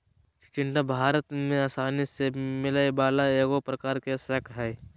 चिचिण्डा भारत में आसानी से मिलय वला एगो प्रकार के शाक हइ